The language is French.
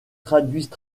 traduisent